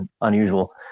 unusual